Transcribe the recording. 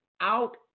out